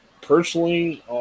Personally